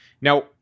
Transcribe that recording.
Now